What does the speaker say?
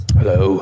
Hello